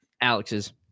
Alex's